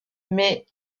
mais